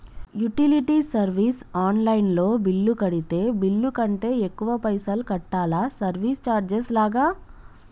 Utility service online లో bill కడితే bill కంటే ఎక్కువ పైసల్ కట్టాలా సర్వీస్ చార్జెస్ లాగా?